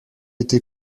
été